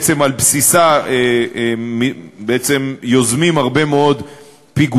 בעצם על בסיסה, יוזמים הרבה מאוד פיגועים.